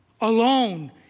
alone